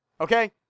Okay